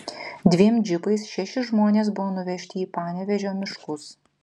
dviem džipais šeši žmonės buvo nuvežti į panevėžio miškus